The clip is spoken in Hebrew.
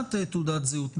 נשיאת תעודת זהות.